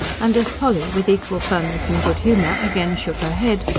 and as polly, with equal firmness and good-humour, again shook her head,